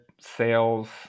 sales